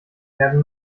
werden